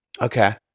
okay